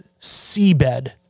seabed